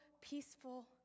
peaceful